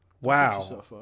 wow